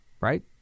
right